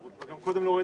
המסכות.